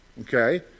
okay